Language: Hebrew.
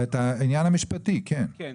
את העניין המשפטי, כן.